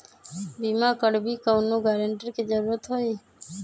बिमा करबी कैउनो गारंटर की जरूरत होई?